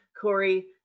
Corey